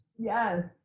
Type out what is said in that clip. yes